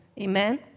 Amen